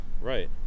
right